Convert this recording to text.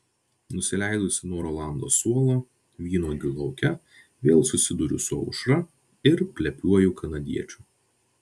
nusileidusi nuo rolando suolo vynuogių lauke vėl susiduriu su aušra ir plepiuoju kanadiečiu